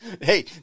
Hey